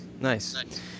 Nice